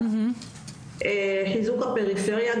חיזוק הפריפריה,